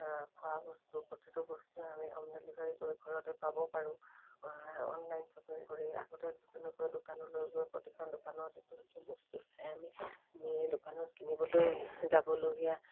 খোৱা বস্তু প্ৰতিটো বস্তুৱে আমি হোম ডেলিভাৰী কৰি ঘৰতে পাব পাৰোঁ অনলাইন শ্বপিং কৰি আগতে যেনেকৈ দোকানলৈ গৈ প্ৰতিখন দোকানত এইটো সেইটো বস্তু চাই আমি দোকানত কিনিবলৈ যাবলগীয়া